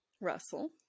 Russell